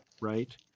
right